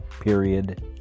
period